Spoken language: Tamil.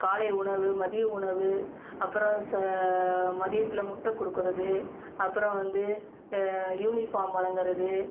காலை உணவு மதிய உணவு அப்புறம் ச மதியத்தில் முட்டை கொடுக்கறது அப்புறம் வந்து யூனிஃபார்ம் வழங்கறது